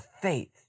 faith